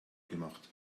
gemacht